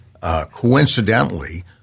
Coincidentally